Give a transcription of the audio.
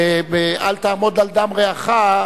אל תעמוד על דם רעך,